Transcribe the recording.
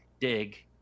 dig